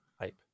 Ape